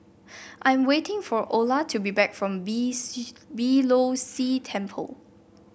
I'm waiting for Ola to be back from Beeh Low See Temple